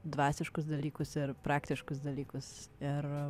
dvasiškus dalykus ir praktiškus dalykus ir